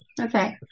Okay